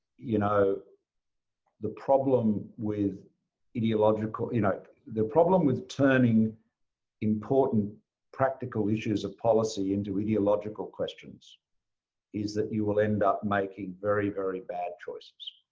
you know the problem with ideological you know the problem with turning important practical issues of policy into ideological questions is that you will end up making very, very bad choices.